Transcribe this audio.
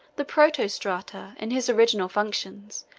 the protostrator, in his original functions,